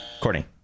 Courtney